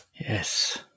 Yes